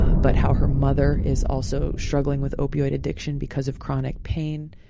but how her mother is also struggling with opioid addiction because of chronic pain.